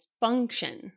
function